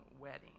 wedding